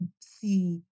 see